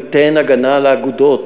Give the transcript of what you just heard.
ניתן הגנה לאגודות,